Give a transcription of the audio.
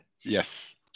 Yes